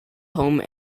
home